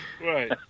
Right